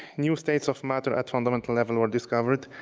new states of matter at fundamental level were discovered,